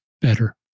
better